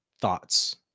thoughts